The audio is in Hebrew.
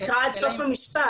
תקרא עד סוף המשפט.